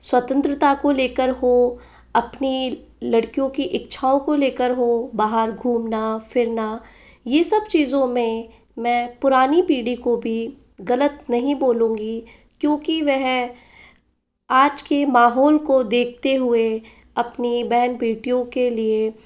स्वतंत्रता को लेकर हों अपनी लड़कियों की इच्छाओं को लेकर हों बाहर घूमना फ़िरना ये सब चीजों में मैं पुरानी पीढ़ी को भी गलत नहीं बोलूंगी क्योंकि वह आज के माहौल को देखते हुए अपनी बहन बेटियों के लिए